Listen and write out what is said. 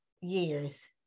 years